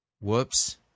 Whoops